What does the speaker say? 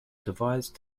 devised